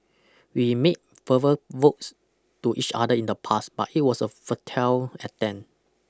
we made verbal votes to each other in the past but it was a futile attempt